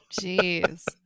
Jeez